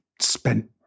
spent